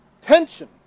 tension